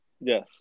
yes